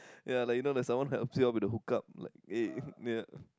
ya like you know there's someone helps you out with a hook up like eh ya